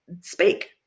speak